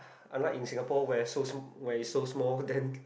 unlike in Singapore where is where is so small then